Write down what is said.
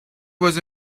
was